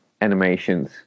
animations